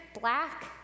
black